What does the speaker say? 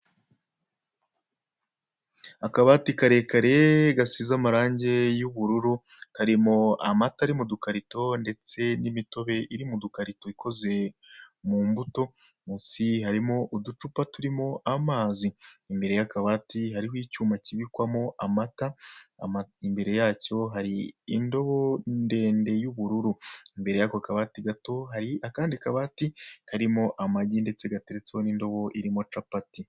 Akabati karekare gasize amarange y'ubururu karimo amata ari mudukarito ndetse n'imitobe iri mudukarito ikoze mu mbuto munsi harimo uducupa turimo amazi imbere y'akabati hariho icyuma kibikwamo amata imbere yacyo hari indobo ndende y'ubururu imbere yako kabati gato hari akandi kabati karimo amagi ndetse gateretseho n'indobo irimo capati.